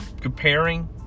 comparing